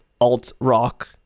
alt-rock